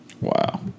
wow